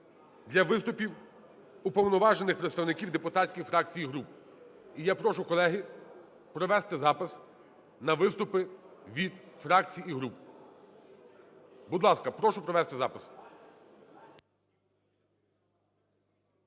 для виступів уповноважених представників депутатських фракцій і груп. І я прошу, колеги, провести запис на виступи від фракцій і груп. Будь ласка, прошу провести запис.